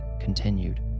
continued